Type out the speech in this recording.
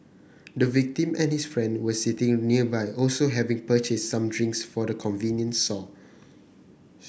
the victim and his friend were sitting nearby also having purchased some drinks from the convenience store